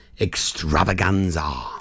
extravaganza